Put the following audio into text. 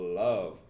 love